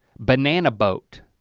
banana boat,